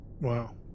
Wow